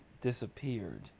disappeared